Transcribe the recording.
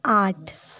آٹھ